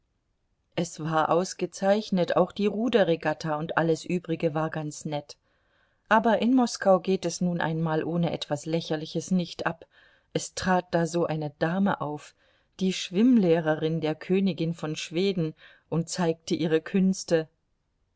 es war ausgezeichnet auch die ruderregatta und alles übrige war ganz nett aber in moskau geht es nun einmal ohne etwas lächerliches nicht ab es trat da so eine dame auf die schwimmlehrerin der königin von schweden und zeigte ihre künste